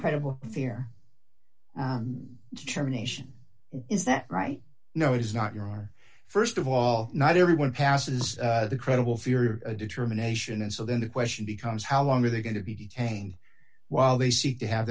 credible fear determination is that right now it is not your are st of all not everyone passes the credible fear determination and so then the question becomes how long are they going to be detained while they seek to have